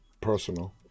Personal